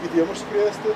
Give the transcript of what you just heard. kitiem užsikrėsti